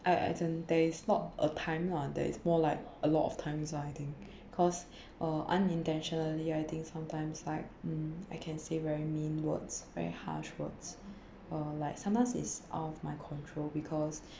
a~ as in there's not a time lah there is more like a lot of times ah I think cause uh unintentionally I think sometimes like mm I can say very mean words very harsh words uh like sometimes it's out of my control because